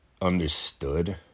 understood